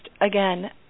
again